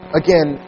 again